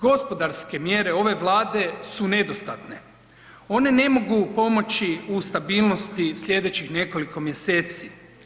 Gospodarske mjere ove Vlade su nedostatne, one ne mogu pomoći u stabilnosti sljedećih nekoliko mjeseci.